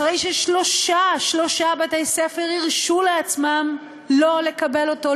אחרי ששלושה בתי-ספר הרשו לעצמם שלא לקבל אותו,